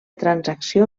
transacció